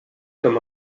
comme